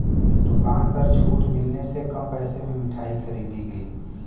दुकान पर छूट मिलने से कम पैसे में मिठाई खरीदी गई